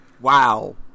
Wow